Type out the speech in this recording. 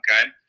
Okay